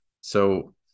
So-